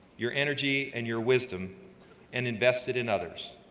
your energy, and your wisdom and invest it in others?